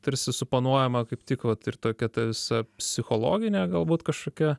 tarsi suponuojama kaip tik vat ir tokia ta visa psichologinė galbūt kažkokia